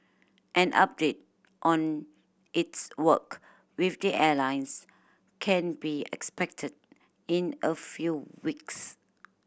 an update on its work with the airlines can be expected in a few weeks